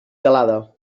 calada